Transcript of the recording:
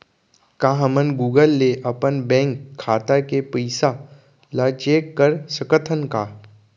का हमन गूगल ले अपन बैंक खाता के पइसा ला चेक कर सकथन का?